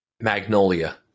Magnolia